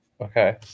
okay